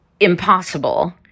impossible